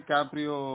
Caprio